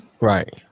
Right